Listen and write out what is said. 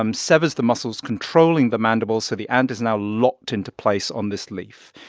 um severs the muscles controlling the mandibles so the ant is now locked into place on this leaf.